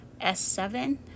s7